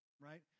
right